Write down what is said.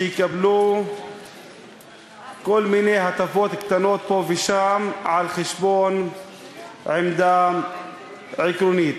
שיקבלו כל מיני הטבות קטנות פה ושם על חשבון עמדה עקרונית.